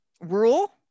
Rule